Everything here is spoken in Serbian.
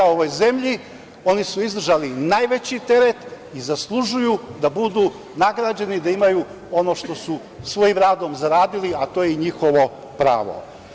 Oni su izdržali najveći teret i zaslužuju da budu nagrađeni, da imaju ono što su svojim radom zaradili, a to je i njihovo pravo.